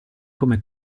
come